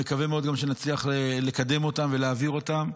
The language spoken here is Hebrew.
אני מקווה מאוד שנצליח לקדם אותן ולהעביר אותן.